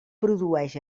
produeix